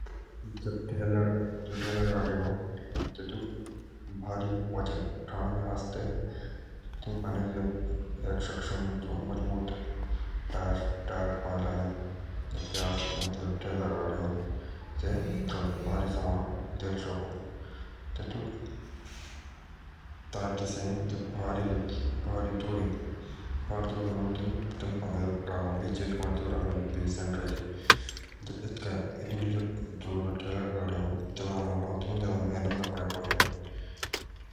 थैलागाडी भारी वज़न उतनो के आस्थे एक सक्षम मजबूत टायर पड़े लाडे तबे से भरी सामान झेले शकों जो ठेलागाड़ी चलाओ से सामान बीच च दो राखो जे थो लिया जो चलनेवाला तैसिक आसानी रहो।